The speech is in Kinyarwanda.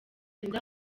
sinzi